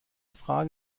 frage